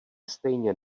stejně